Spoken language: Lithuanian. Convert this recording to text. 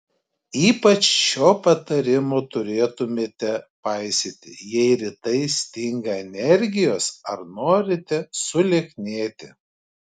ypač šio patarimo turėtumėte paisyti jei rytais stinga energijos ar norite sulieknėti